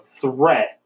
threat